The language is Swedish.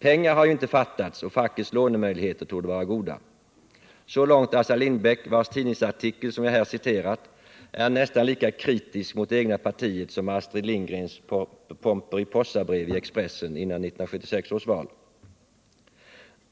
Pengar har ju inte fattats och fackets lånemöjligheter torde vara goda”- så långt Assar Lindbeck, vars tidningartikel, som jag här citerat, är nästan lika kritisk mot det egna partiet som Astrid Lindgrens Pomperipossabrev i Expressen innan 1976 års val.